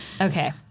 Okay